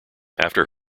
after